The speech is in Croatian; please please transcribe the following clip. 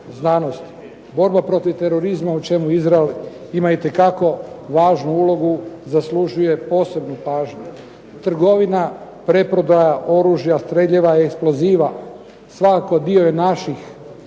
znanosti. Borba protiv terorizma o čemu Izrael ima itekako važnu ulogu zaslužuje posebnu pažnju. Trgovina, preprodaja oružja, streljiva, eksploziva svakako dio je naših